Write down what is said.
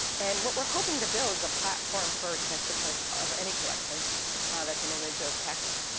and what we're hoping to build is a platform for transcription of of any collection that's an image of text.